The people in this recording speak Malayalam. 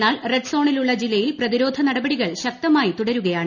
എന്നാൽ റെഡ് സോണിലുള്ള ജില്ലയിൽ പ്രതിരോധ നടപടികൾ ശക്തമായി തുടരുകയാണ്